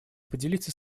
поделиться